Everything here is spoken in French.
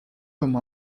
comme